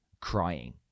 crying